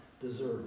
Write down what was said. deserve